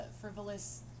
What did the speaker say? frivolous